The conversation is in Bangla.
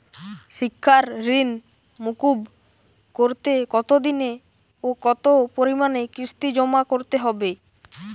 শিক্ষার ঋণ মুকুব করতে কতোদিনে ও কতো পরিমাণে কিস্তি জমা করতে হবে?